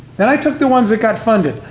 then i took the ones that got funded.